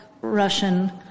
Russian